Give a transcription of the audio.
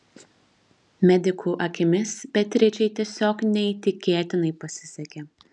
medikų akimis beatričei tiesiog neįtikėtinai pasisekė